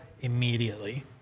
immediately